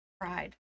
Pride